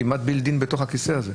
זה כמעט בילד-אין בכיסא הזה.